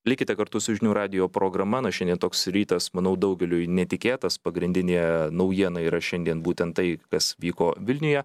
likite kartu su žinių radijo programa na šianien toks rytas manau daugeliui netikėtas pagrindinė naujiena yra šiandien būtent tai kas vyko vilniuje